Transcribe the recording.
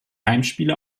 heimspiele